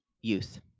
youth